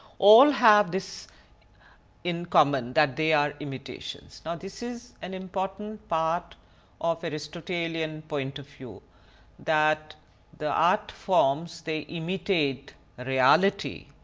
all have this in common, that they are imitations. now this is an important part of aristotelian point of view that the art forms they imitate reality,